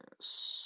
Yes